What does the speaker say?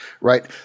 right